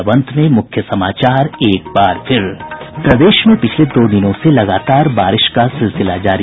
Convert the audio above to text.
और अब अंत में मुख्य समाचार प्रदेश में पिछले दो दिनों से लगातार बारिश का सिलसिला जारी